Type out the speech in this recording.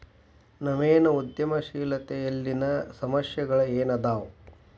ನವೇನ ಉದ್ಯಮಶೇಲತೆಯಲ್ಲಿನ ಸಮಸ್ಯೆಗಳ ಏನದಾವ